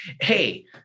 Hey